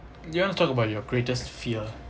you want to talk about your greatest fear